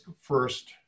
first